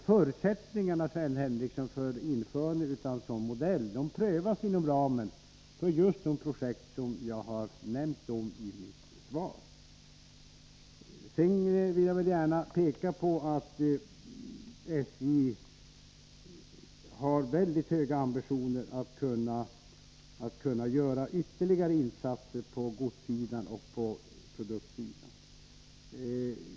Förutsättningarna för införande av en sådan modell, Sven Henricsson, prövas inom ramen för just de projekt som jag har nämnt i mitt svar. Jag vill gärna peka på att SJ har mycket höga ambitioner när det gäller att kunna göra ytterligare insatser på godssidan och produktsidan.